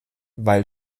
weil